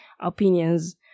opinions